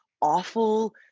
awful